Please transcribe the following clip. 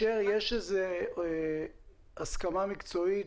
יש איזו הסכמה מקצועית?